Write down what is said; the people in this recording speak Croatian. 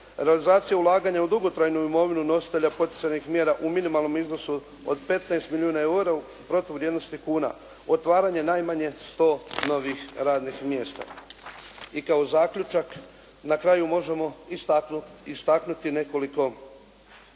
realizacija ulaganja u dugotrajnu imovinu nositelja poticajnih mjera u minimalnom iznosu od 15 milijuna eura u protuvrijednosti kuna, otvaranje najmanje 100 novih radnih mjesta. I kao zaključak, na kraju možemo istaknuti nekoliko bitnih